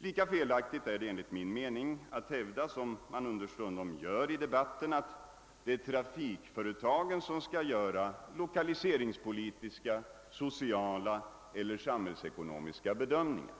Lika felaktigt är det enligt min mening att — som man understundom gör i debatten — hävda att trafikföretagen skall göra lokaliseringspolitiska, sociala eller samhällsekonomiska bedömningar.